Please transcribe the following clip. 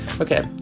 Okay